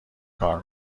کار